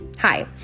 Hi